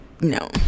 no